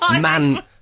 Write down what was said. man